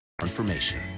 Information